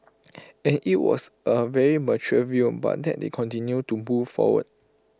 and IT was A very mature view but that they continue to move forward